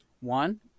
one